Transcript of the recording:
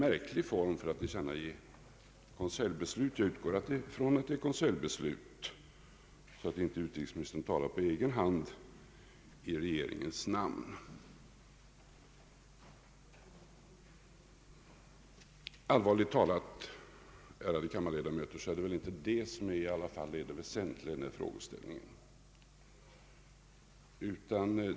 Jag utgår från att det gällde ett konseljbeslut, så att inte utrikesministern talade på egen hand i regeringens namn. Allvarligt talat, ärade kammarledamöter, är väl detta i alla fall inte det väsentliga i frågeställningen.